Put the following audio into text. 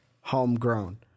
homegrown